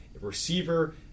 receiver